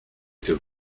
que